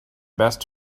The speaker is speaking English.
best